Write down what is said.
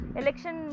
election